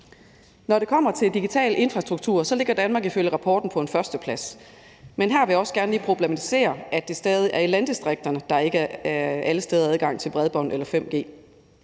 Når det kommer til digital infrastruktur, ligger Danmark ifølge rapporten på en førsteplads, men her vil jeg også gerne lige problematisere, at det stadig er i landdistrikterne, der ikke alle steder er adgang til bredbånd eller 5G.